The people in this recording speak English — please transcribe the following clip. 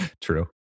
True